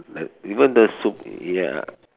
like even the sup~ ya